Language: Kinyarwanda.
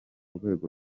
rwego